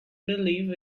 believe